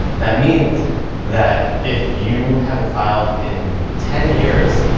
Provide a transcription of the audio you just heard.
that means that if you haven't filed in ten years,